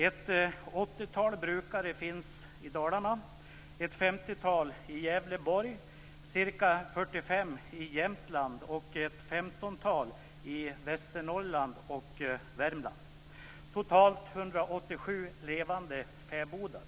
Ett åttiotal brukare finns i Dalarna, ett femtiotal i Gävleborg, ca 45 i Jämtland och ett femtontal i Västernorrland och Värmland - totalt 187 levande fäbodar.